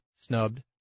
snubbed